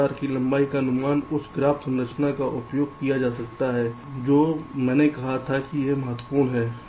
तो तार की लंबाई का अनुमान उस ग्राफ संरचना का उपयोग किया जाता है जो मैंने कहा था कि यह महत्वपूर्ण है